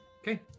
okay